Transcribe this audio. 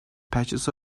patches